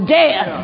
dead